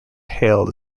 hailed